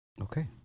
Okay